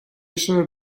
essere